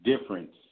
difference